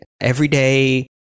everyday